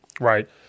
Right